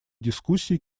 дискуссий